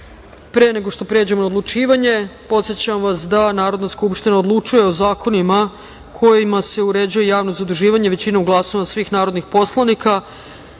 nego što pređemo na odlučivanje, podsećam vas da Narodna skupština odlučuje o zakonima kojima se uređuje javno zaduživanje većinom glasova svih narodnih poslanika. Prelazimo